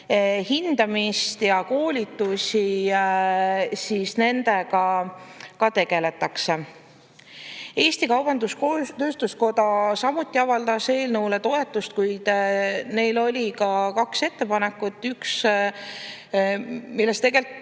hindamist ja koolitusi, siis nendega tegeletakse. Eesti Kaubandus-Tööstuskoda avaldas samuti eelnõule toetust, kuid neil oli ka kaks ettepanekut. Üks, millest ka esimese